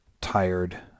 tired